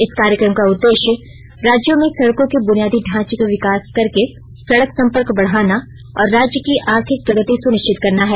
इस कार्यक्रम का उद्देश्य राज्यों में सड़कों के बुनियार्दी ढांचे का विकास करके सडक संपर्क बढाना और राज्य की आर्थिक प्रगति सुनिश्चित करना है